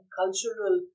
cultural